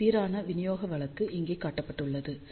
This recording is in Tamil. இந்த சீரான விநியோக வழக்கு இங்கே காட்டப்பட்டுள்ளது